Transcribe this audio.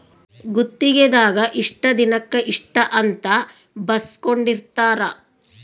ಗುತ್ತಿಗೆ ದಾಗ ಇಷ್ಟ ದಿನಕ ಇಷ್ಟ ಅಂತ ಬರ್ಸ್ಕೊಂದಿರ್ತರ